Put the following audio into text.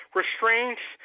restraints